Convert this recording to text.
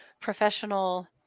professional